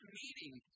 meeting